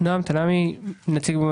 הציג קודם